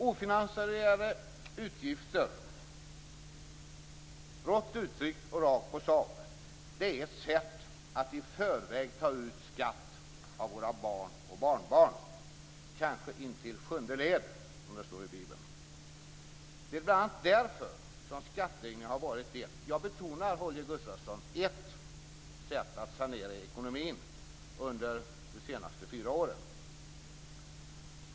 Ofinansierade utgifter är, rått uttryckt och rakt på sak, ett sätt att i förväg ta ut skatt av våra barn och barnbarn, kanske intill sjunde led, som det står i Bibeln. Det är bl.a. därför som skattehöjningar har varit ett, jag betonar ett, Holger Gustafsson, sätt att sanera ekonomin under de senaste fyra åren.